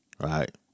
right